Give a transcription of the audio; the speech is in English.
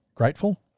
Grateful